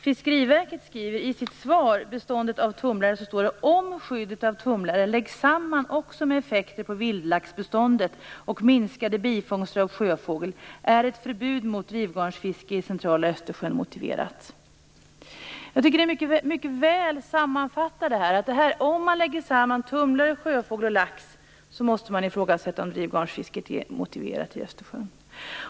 Fiskeriverket skriver i sitt svar om beståndet av tumlare: "Om skyddet av tumlare läggs samman också med effekter på vildlaxbeståndet och minskade bifångster av sjöfågel är ett förbud mot drivgarnsfiske i centrala Östersjön motiverat." Jag tycker att detta mycket väl sammanfattar detta. Om man lägger samman tumlare, sjöfågel och lax måste man ifrågasätta om drivgarnsfisket är motiverat i Östersjön.